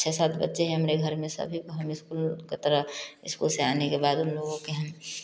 छः सात बच्चे हैं मेरे घर में सभी को हम स्कूल के तरह स्कूल से आने के बाद उन लोगों की हम